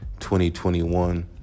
2021